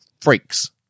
freaks